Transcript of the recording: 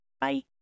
Bye